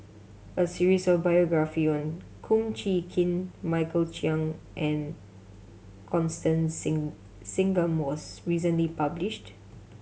a series of biography Kum Chee Kin Michael Chiang and Constance Sing Singam was recently published